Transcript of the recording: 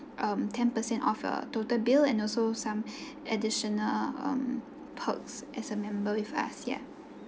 um ten percent off a total bill and also some additional um post as a member with us ya